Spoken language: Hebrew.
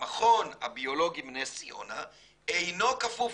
המכון הביולוגי בנס ציונה אינו כפוף,